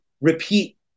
repeat